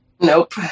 Nope